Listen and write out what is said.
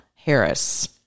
Harris